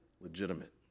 legitimate